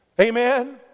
Amen